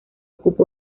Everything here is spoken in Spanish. ocupa